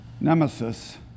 nemesis